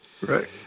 right